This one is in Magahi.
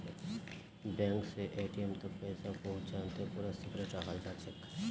बैंक स एटीम् तक पैसा पहुंचाते पूरा सिक्रेट रखाल जाछेक